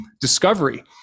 discovery